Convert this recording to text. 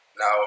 Now